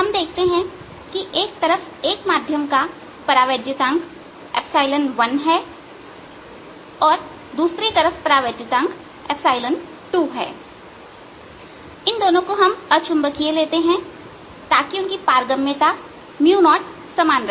हम देखते हैं एक तरफ एक माध्यम का परावैद्युतांक1 है और दूसरी तरफ परावैद्युतांक2 है और इन दोनों को अचुंबकीय लेते हैं ताकि उनकी पारगम्यता समान ही 𝝁0 रहे